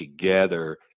together